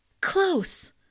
Close